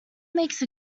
makes